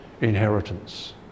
inheritance